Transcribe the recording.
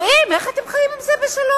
אלוהים, איך אתם חיים עם זה בשלום?